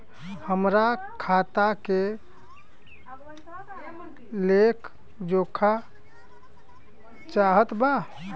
हमरा खाता के लेख जोखा चाहत बा?